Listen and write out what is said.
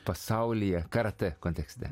pasaulyje karatė kontekste